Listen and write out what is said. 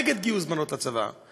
נגד גיוס בנות לצבא,